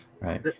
Right